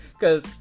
cause